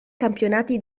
campionati